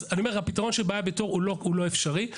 אז הפתרון של --- הוא לא אפשרי.